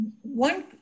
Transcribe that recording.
One